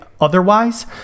otherwise